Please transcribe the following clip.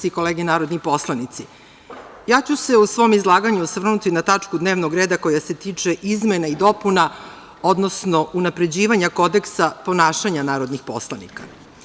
i kolege narodni poslanici, ja ću se u svom izlaganju osvrnuti na tačku dnevnog reda koja se tiče izmena i dopuna, odnosno unapređivanja Kodeksa ponašanja narodnih poslanika.